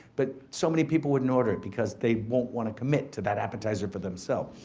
but so many people wouldn't order it because they won't wanna commit to that appetizer for themselves.